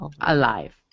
alive